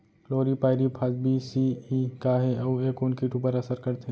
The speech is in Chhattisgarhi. क्लोरीपाइरीफॉस बीस सी.ई का हे अऊ ए कोन किट ऊपर असर करथे?